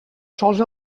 sols